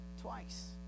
twice